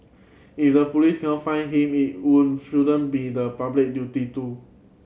if the police cannot find him it would shouldn't be the public duty to